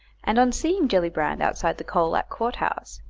and on seeing gellibrand outside the colac courthouse,